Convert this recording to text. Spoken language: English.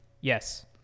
Yes